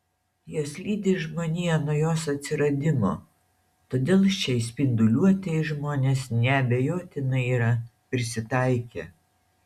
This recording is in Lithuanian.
jos lydi žmoniją nuo jos atsiradimo todėl šiai spinduliuotei žmonės neabejotinai yra prisitaikę